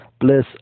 bliss